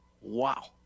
Wow